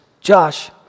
Josh